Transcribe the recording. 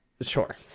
Sure